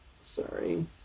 sorry